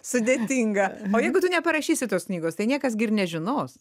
sudėtinga o jeigu tu neparašysi tos knygos tai niekas gi ir nežinos